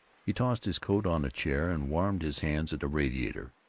he tossed his coat on a chair and warmed his hands at a radiator.